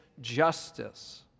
justice